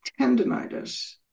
tendinitis